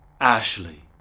Ashley